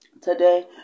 Today